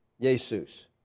Jesus